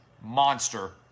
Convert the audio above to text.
monster